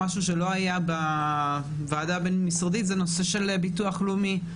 משהו שלא היה בוועדה הבין המשרדית זה נושא של ביטוח לאומי.